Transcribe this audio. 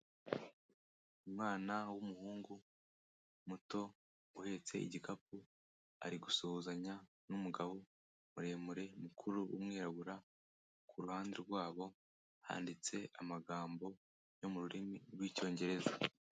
Umwana w'umuhungu muto uhetse igikapu ari gusuhuzanya n'umugabo muremure, mukuru, w'umwirabura, ku ruhande rwabo handitse amagambo yo mu rurimi rw'icyongereza.